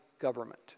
government